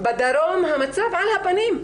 בדרום המצב על הפנים,